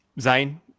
zane